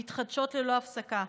המתחדשות ללא הפסקה,